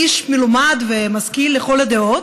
איש מלומד ומשכיל לכל הדעות,